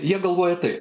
jie galvoja taip